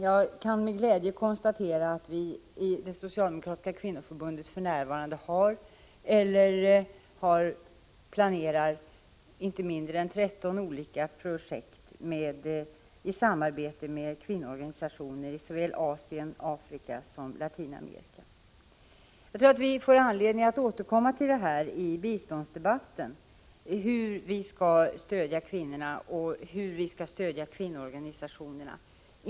Jag kan med glädje konstatera att vi i det socialdemokratiska kvinnoförbundet för närvarande har eller planerar inte mindre än 13 olika projekt i samarbete med kvinnoorganisationer i såväl Asien och Afrika som Latinamerika. Vi får anledning att i biståndsdebatten återkomma till frågan hur vi skall stödja kvinnor i u-länderna och kvinnoorganisationerna där.